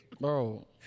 bro